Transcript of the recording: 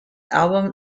album